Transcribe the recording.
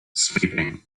sleeping